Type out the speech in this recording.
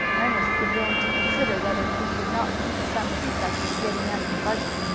ernest began to consider whether he could not think of some pretext for getting out of the buggy.